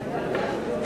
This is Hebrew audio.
נתקבלו.